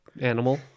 animal